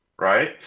right